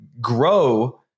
grow